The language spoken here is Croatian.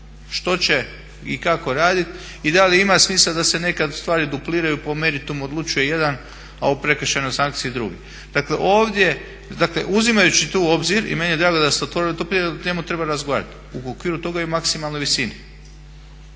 Što će i kako raditi i da li ima smisla da se nekad stvari dupliraju. Po meritumu odlučuje jedan, a u prekršajnoj sankciji drugi. Dakle, ovdje, dakle uzimajući to u obzir i meni je drago da ste otvorili to pitanje, na tu temu treba razgovarati, u okviru toga i maksimalnoj visini.